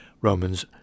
Romans